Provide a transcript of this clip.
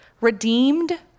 redeemed